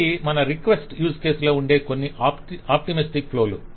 ఇవి మన request use case లో ఉండే కొన్ని ఆప్టిమిస్టిక్ ఫ్లో లు